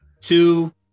two